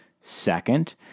Second